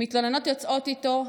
מתלוננות יוצאות איתו,